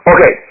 Okay